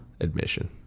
admission